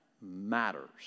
matters